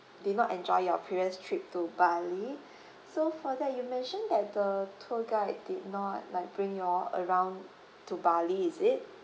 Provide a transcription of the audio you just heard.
did not enjoy your previous trip to bali so for that you mentioned that the tour guide did not like bring you all around to bali is it